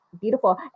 beautiful